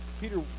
Peter